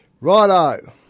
Righto